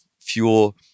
fuel